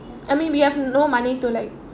I mean we have no money to like